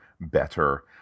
better